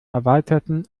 erweiterten